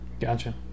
gotcha